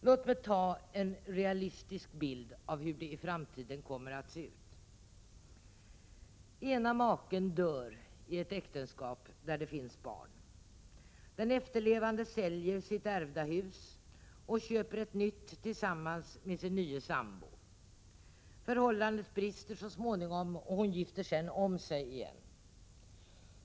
Låt mig teckna en realistisk bild av hur det i framtiden kommer att se ut. Ena maken dör, i ett äktenskap där det finns barn. Den efterlevande säljer sitt ärvda hus och köper ett nytt tillsammans med sin nye sambo. Förhållandet brister så småningom, och hon gifter om sig igen.